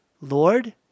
Lord